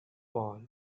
all